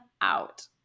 out